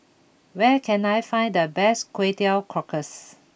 where can I find the best Kway Teow Cockles